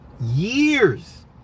years